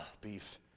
Beef